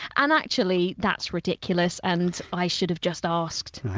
and actually, that's ridiculous and i should have just asked right.